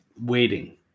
waiting